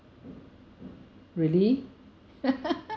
really